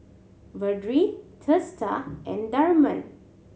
Vedre Teesta and Tharman